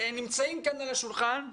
נמצאות כאן על השולחן,